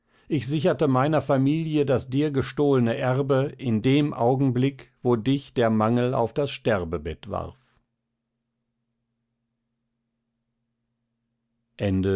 ich sicherte meiner familie das dir gestohlene erbe in dem augenblick wo dich der mangel auf das sterbebett warf